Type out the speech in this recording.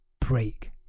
break